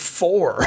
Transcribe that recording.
four